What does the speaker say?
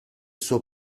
suo